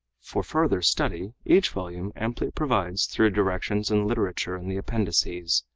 for further study each volume amply provides through directions and literature in the appendices.